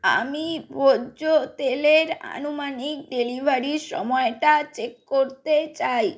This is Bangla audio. আমি ভোজ্য তেলের আনুমানিক ডেলিভারির সময়টা চেক করতে চাই